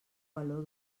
baló